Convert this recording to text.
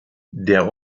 der